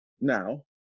now